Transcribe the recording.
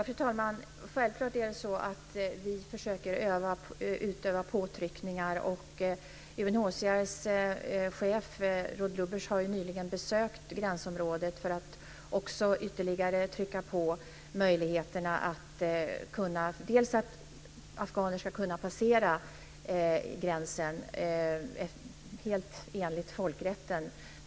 Fru talman! Självfallet försöker vi utöva påtryckningar. UNHCR:s chef Ruud Lubbers har ju nyligen besökt gränsområdet för att ytterligare trycka på när det gäller möjligheten för afghaner att passera gränsen, naturligtvis helt enligt folkrätten.